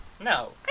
No